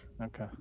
Okay